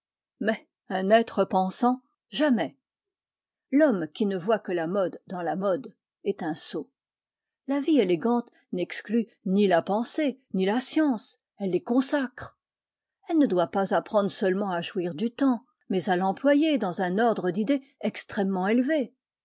mais un être pensant jamais l'homme qui ne voit que la mode dans la mode est un sot la vie élégante n'exclut ni la pensée ni la science elle les consacre elle ne doit pas apprendre seulement à jouir du temps mais à l'employer dans un ordre d'idées extrêmement élevé